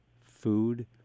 food